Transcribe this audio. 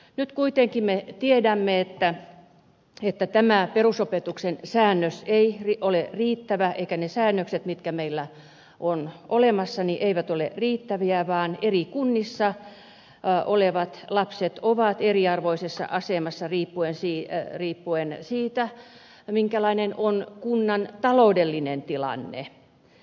nyt kuitenkin me tiedämme että tämä perusopetuksen säännös ei ole riittävä eivätkä ne säännökset mitkä meillä ovat olemassa ole riittäviä vaan eri kunnissa olevat lapset ovat eriarvoisessa asemassa riippuen siitä minkälainen on kunnan taloudellinen tilanne